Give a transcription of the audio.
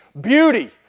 beauty